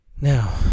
Now